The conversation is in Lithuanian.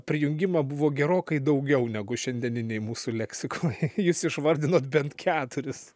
prijungimą buvo gerokai daugiau negu šiandieninėj mūsų leksikoj jūs išvardinot bent keturis